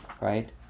right